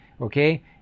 Okay